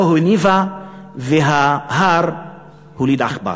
לא הניבה, וההר הוליד עכבר.